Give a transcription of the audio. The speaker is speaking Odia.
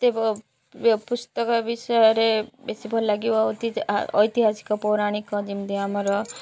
ମତେ ପୁସ୍ତକ ବିଷୟରେ ବେଶୀ ଭଲ ଲାଗିବ ଐତିହାସିକ ପୌରାଣିକ ଯେମିତି ଆମର